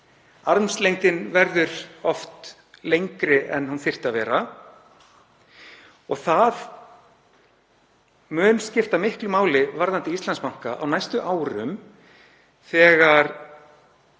Armslengdin verður oft lengri en hún þyrfti að vera. Og það mun skipta miklu máli varðandi Íslandsbanka á næstu árum þegar